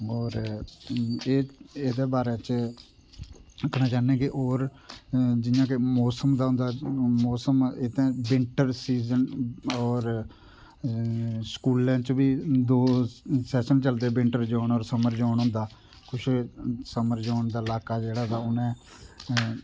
और एह् एहदे बारे च दिक्खना चाहन्ने कि ओर जियां के मौसम दा होंदा मौसम इत्थै बिंटर सीजन औऱ स्कूलें च बी दो सैशन चलदे समर जोन बिटंर जोन होंदा कुछ समर जोन दा इलाका जेहडा ते उनें